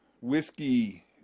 whiskey